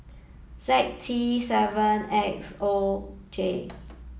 Z T seven X O J